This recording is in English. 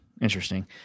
Interesting